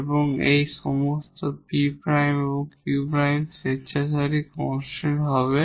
এবং এই সমস্ত p' এবং q'এখন আরবিটারি কনস্ট্যান্ট হবে